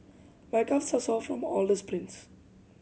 my calves are sore from all the sprints